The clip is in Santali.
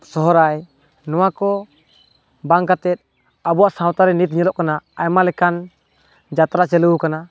ᱥᱚᱦᱚᱨᱟᱭ ᱱᱚᱣᱟ ᱠᱚ ᱵᱟᱝ ᱠᱟᱛᱮᱫ ᱟᱵᱚᱣᱟᱜ ᱥᱟᱶᱛᱟᱨᱮ ᱱᱤᱛ ᱧᱮᱞᱚᱜ ᱠᱟᱱᱟ ᱟᱭᱢᱟ ᱞᱮᱠᱟᱱ ᱡᱟᱛᱨᱟ ᱪᱟᱹᱞᱩᱣ ᱟᱠᱟᱱᱟ